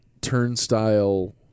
turnstile